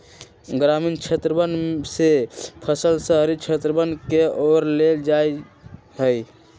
ग्रामीण क्षेत्रवन से फसल शहरी क्षेत्रवन के ओर ले जाल जाहई